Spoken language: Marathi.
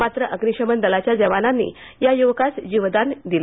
मात्र अग्निशमन दलाच्या जवानांमुळे त्या युवकास जीवदान मिळालं